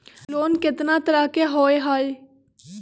Loan केतना तरह के होअ हई?